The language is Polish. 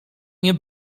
nie